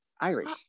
Irish